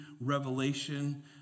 Revelation